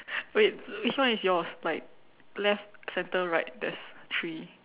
wait which one is yours like left center right there's three